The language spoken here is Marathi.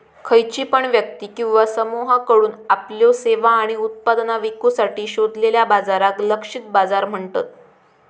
खयची पण व्यक्ती किंवा समुहाकडुन आपल्यो सेवा आणि उत्पादना विकुसाठी शोधलेल्या बाजाराक लक्षित बाजार म्हणतत